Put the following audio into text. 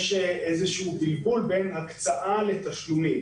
יש איזה שהוא בלבול בין הקצאה לתשלומים.